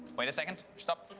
wait a second. stop.